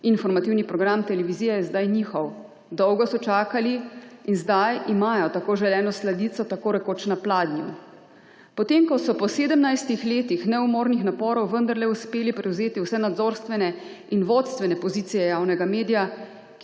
Informativni program televizija je zdaj njihov. Dolgo so čakali in zdaj imajo tako želeno sladico tako rekoč na pladnju, potem ko so po 17. letih neumornih naporov vendarle uspeli prevzeti vse nadzorstvene in vodstvene pozicije javnega medija,